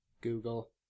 Google